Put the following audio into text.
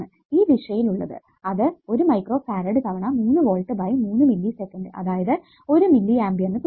ഈ ദിശയിൽ ഉള്ളത് അത് 1 മൈക്രോ ഫാരഡ് തവണ 3 വോൾട്ട് ബൈ 3 മില്ലി സെക്കന്റ് അതായത് 1 മില്ലിA നു തുല്ല്യം